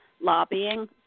lobbying